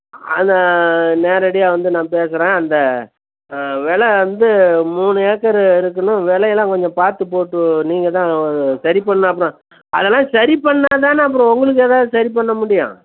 அதாது நேரடியாக வந்து நான் பேசிறேன் அந்த வில வந்து மூணு ஏக்கரு இருக்கணும் விலையெல்லாம் கொஞ்சம் பார்த்துப் போட்டு நீங்கள் தான் சரி பண்ணணும் அப்புறோம் அதெல்லாம் சரி பண்ணால் தானே அப்புறோம் உங்களுக்கு ஏதாவது சரி பண்ண முடியும்